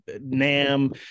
Nam